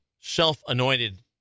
self-anointed